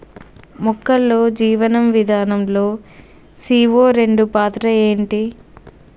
మొక్కల్లో జీవనం విధానం లో సీ.ఓ రెండు పాత్ర ఏంటి?